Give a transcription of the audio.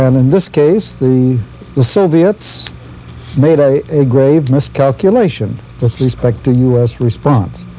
and in this case, the the soviets made a a grave miscalculation with respect to u s. response.